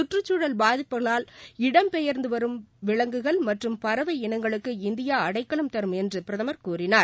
சுற்றுச்சூழல் பாதிப்புகளால் இடம்பெயர்ந்து வரும் விலங்குகள் மற்றம் பறவை இனங்களுக்கு இந்தியா அடைகலம் தரும் என்று பிரதமர் கூறினார்